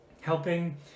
helping